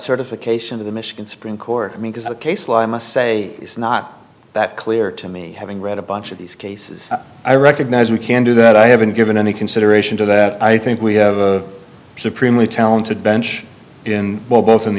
certification of the michigan supreme court i mean does the case law i must say is not that clear to me having read a bunch of these cases i recognize we can do that i haven't given any consideration to that i think we have a supremely talented bench in both in